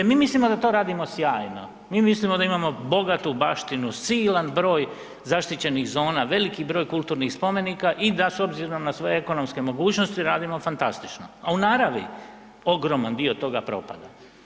Mi mislimo da to radimo sjajno, mi mislimo da imamo bogatu baštinu, silan broj zaštićenih zona, veliki broj kulturnih spomenika i da s obzirom na svoje ekonomske mogućnosti radimo fantastično, a u naravi ogroman dio toga propada.